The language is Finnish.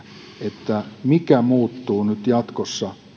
että mikä muuttuu nyt jatkossa